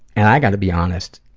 and i gotta be honest,